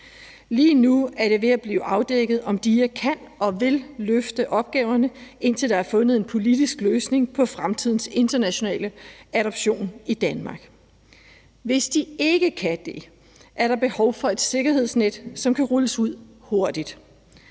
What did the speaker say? nu er det ved at blive afdækket, om DIA kan og vil løfte opgaverne, indtil der er fundet en politisk løsning på fremtidens internationale adoption i Danmark. Hvis de ikke kan det, er der behov for et sikkerhedsnet, som kan rulles ud hurtigt.